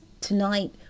tonight